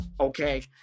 okay